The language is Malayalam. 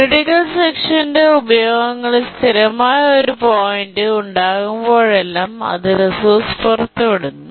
ക്രിട്ടിക്കൽ സെക്ഷൻ ന്റെ ഉപയോഗങ്ങളിൽ സ്ഥിരമായ ഒരു പോയിന്റ് ഉണ്ടാകുമ്പോഴെല്ലാം അത്റിസോഴ്സ് പുറത്തു വിടുന്നു